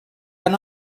can